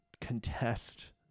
contest